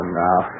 now